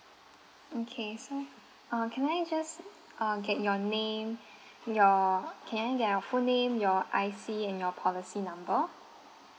okay so uh can I just uh get your name your can I get your full name your I_C and your policy number